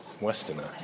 Westerner